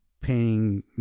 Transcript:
painting